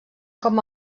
com